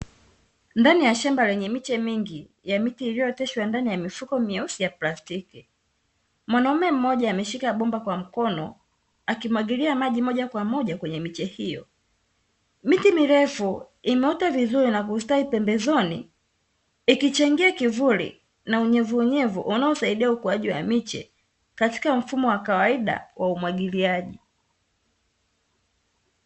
Ndani ya shamba lenye miche mingi a miche iliyooteshwa ndani ya mifuko meusi ya plastiki, mwanaume mmoja akiwa ameshika bomba kwa mkono akimwagilia maji moja kwa moja kwenye miche hiyo. Miti mirefu imeota vizuri na kustawisha pembezoni, ikichangia kivulu na unyevunyevu unaosaidia ukuaji wa miche katika mfumo wa kawaida wa umwagiliaji .